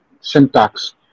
syntax